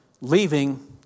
leaving